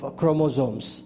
chromosomes